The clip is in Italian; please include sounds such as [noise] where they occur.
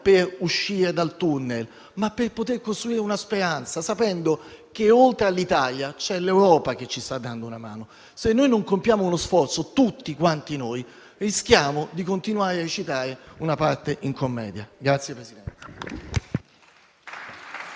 per uscire dal tunnel, ma per poter costruire una speranza, sapendo che oltre all'Italia c'è l'Europa che ci sta dando una mano. Se non compiamo uno sforzo, tutti quanti noi, rischiamo di continuare a recitare una parte in una commedia. [applause]